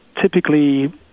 typically